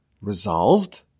resolved